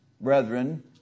brethren